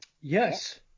Yes